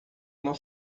não